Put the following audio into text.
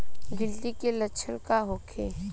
गिलटी के लक्षण का होखे?